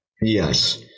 Yes